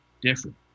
different